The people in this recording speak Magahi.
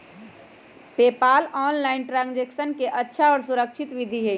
पेपॉल ऑनलाइन ट्रांजैक्शन के अच्छा और सुरक्षित विधि हई